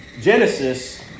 Genesis